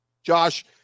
Josh